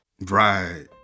Right